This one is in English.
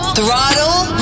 Throttle